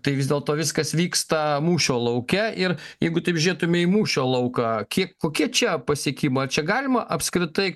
tai vis dėlto viskas vyksta mūšio lauke ir jeigu taip žiūrėtume į mūšio lauką kiek kokie čia pasiekima ar čia galima apskritai